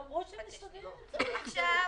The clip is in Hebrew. עכשיו,